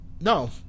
no